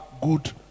good